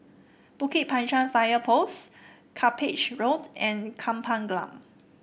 Bukit Panjang Fire Post Cuppage Road and Kampung Glam